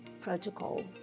protocol